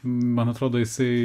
man atrodo jisai